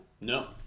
No